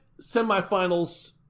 semi-finals